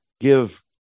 give